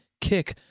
kick